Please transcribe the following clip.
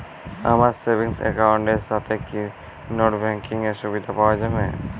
আমার savings account এর সাথে কি নেটব্যাঙ্কিং এর সুবিধা পাওয়া যাবে?